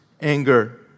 anger